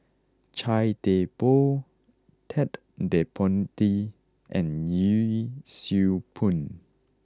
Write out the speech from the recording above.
Chia Thye Poh Ted De Ponti and Yee Siew Pun